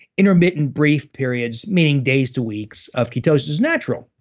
intermittent brief periods, meaning days to weeks of ketosis is natural,